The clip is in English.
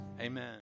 amen